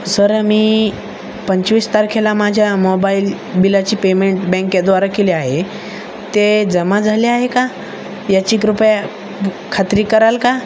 sir मी पंचवीस तारखेला माझ्या मोबाईल बिलाची पेमेंट बँकेद्वारा केली आहे ते जमा झाले आहे का याची कृपया खात्री कराल का